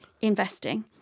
investing